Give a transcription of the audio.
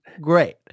great